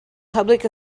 public